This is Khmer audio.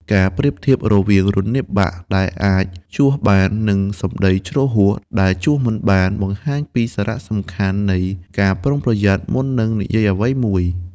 ការប្រៀបធៀបរវាង រនាបបាក់ ដែលអាចជួសបាន និង សម្ដីជ្រុលហួស ដែលជួសមិនបាន បង្ហាញពីសារៈសំខាន់នៃ ការប្រុងប្រយ័ត្ន មុននឹងនិយាយអ្វីមួយ។